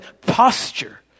posture